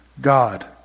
God